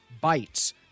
Bites